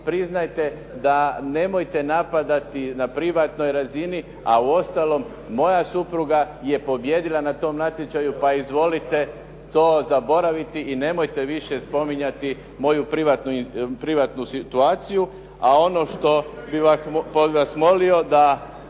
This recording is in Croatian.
priznajte da nemojte napadati na privatnoj razini. A uostalom moja supruga je pobijedila na tom natječaju, pa izvolite to zaboraviti i nemojte više spominjati moju situaciju. A ono što bih vas molio da